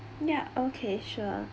ya okay sure